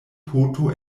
poto